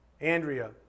Andrea